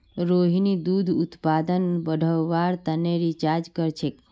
रोहिणी दूध उत्पादन बढ़व्वार तने रिसर्च करछेक